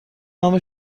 نام